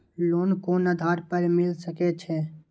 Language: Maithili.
लोन कोन आधार पर मिल सके छे?